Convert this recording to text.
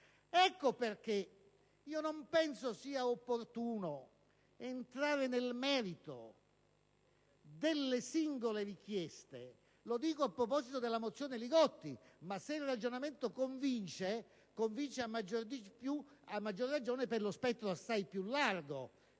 Ecco perché non penso sia opportuno entrare nel merito delle singole richieste. Lo dico a proposito della mozione Li Gotti ma, se il ragionamento in questo caso è convincente, lo è a maggiore ragione per lo spettro, assai più largo, della